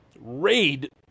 raid